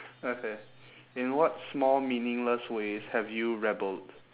okay in what small meaningless ways have you rebelled